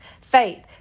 faith